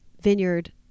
vineyard